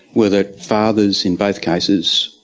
were that fathers in both cases,